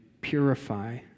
purify